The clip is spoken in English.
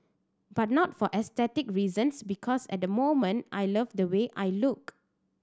but not for aesthetic reasons because at the moment I love the way I look